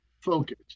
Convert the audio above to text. focus